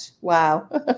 Wow